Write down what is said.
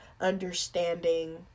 understanding –